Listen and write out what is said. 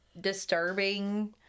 disturbing